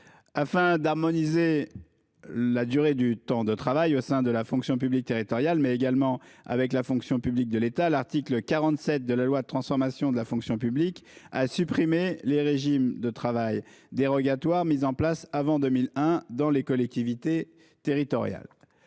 afin d'harmoniser la durée du temps de travail au sein de la fonction publique territoriale, mais également avec la fonction publique de l'État, l'article 47 de la loi de transformation de la fonction publique a supprimé les régimes de travail dérogatoires mis en place avant 2001 dans les collectivités territoriales.